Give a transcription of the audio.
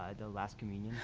ah the last communion.